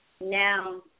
now